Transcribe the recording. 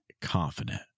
confident